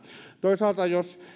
toisaalta jos